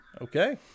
Okay